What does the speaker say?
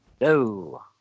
no